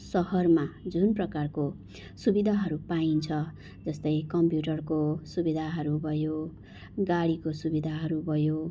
सहरमा जुन प्रकारको सुविधाहरू पाइन्छ जस्तै कम्प्युटरको सुविधाहरू भयो गाडीको सुविधाहरू भयो